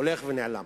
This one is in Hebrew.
הולך ונעלם.